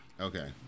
Okay